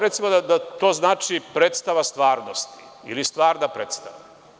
Recimo da to znači predstava stvarnosti ili stvarna predstava.